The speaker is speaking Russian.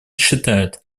считает